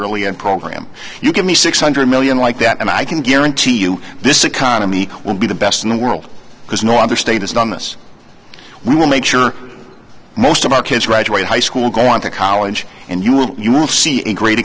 early and program you give me six hundred million like that and i can guarantee you this economy will be the best in the world because no other state has done this we will make sure most of our kids graduate high school go on to college and you will you will see a great